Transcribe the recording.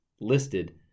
listed